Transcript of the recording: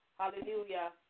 hallelujah